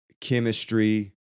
chemistry